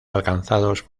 alcanzados